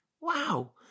Wow